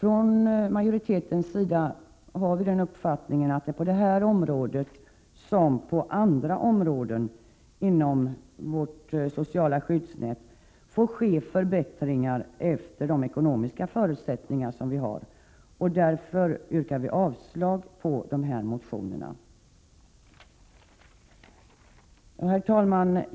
Vi i majoriteten har den uppfattningen att det på det här området, liksom på andra områden, när det gäller vårt sociala skyddsnät får ske förbättringar i förhållande till de ekonomiska förutsättningar som finns. Därför yrkar vi avslag på motionerna i detta sammanhang. Herr talman!